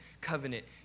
covenant